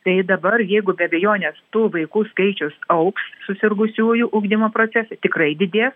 tai dabar jeigu be abejonės tų vaikų skaičius augs susirgusiųjų ugdymo procese tikrai didės